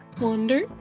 Wonder